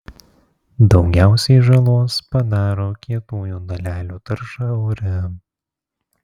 daugiausiai žalos padaro kietųjų dalelių tarša ore